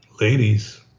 ladies